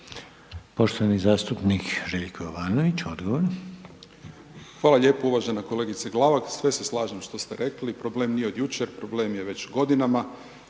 **Jovanović, Željko (SDP)** Hvala lijepo uvažena kolegice Glavak. Sve se slažem što ste rekli, problem nije od jučer, problem je već godinama,